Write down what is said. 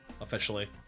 officially